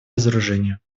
разоружение